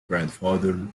grandfather